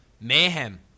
Mayhem